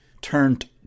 turned